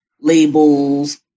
labels